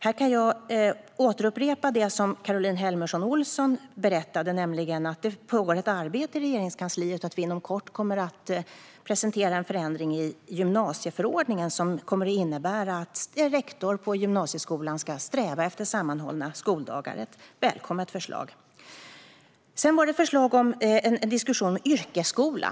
Här kan jag återupprepa det som Caroline Helmersson Olsson berättade, nämligen att det pågår ett arbete i Regeringskansliet och att vi inom kort kommer att presentera en förändring i gymnasieförordningen som innebär att en rektor på gymnasieskolan ska sträva efter sammanhållna skoldagar. Det är ett välkommet förslag. Sedan var det en diskussion om yrkesskola.